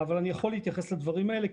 אבל אני יכול להתייחס לדברים האלה,